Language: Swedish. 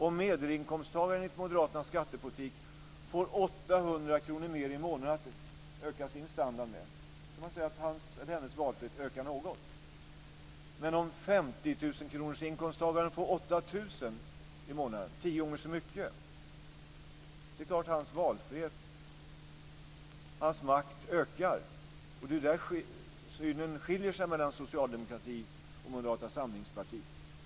Om medelinkomsttagaren enligt moderaternas skattepolitik får 800 kr mer i månaden att öka sin standard med, kan man säga att hans eller hennes valfrihet ökar något, men om 50 000 kronorsinkomsttagaren får 8 000 kr i månaden, ökar naturligtvis dennes makt och valfrihet tio gånger så mycket. Det är där som synen skiljer sig mellan socialdemokratin och Moderata samlingspartiet.